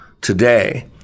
Today